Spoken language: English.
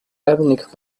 ethnic